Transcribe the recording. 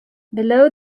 below